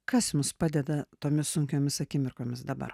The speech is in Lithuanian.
kas jums padeda tomis sunkiomis akimirkomis dabar